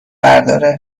برداره